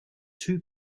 two